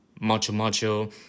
macho-macho